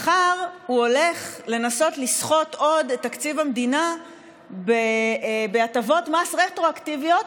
מחר הוא הולך לנסות לסחוט עוד את תקציב המדינה בהטבות מס רטרואקטיביות,